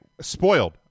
spoiled